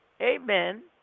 Amen